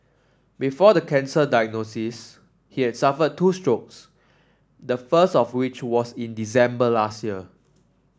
before the cancer diagnosis he had suffered two strokes the first of which was in December last year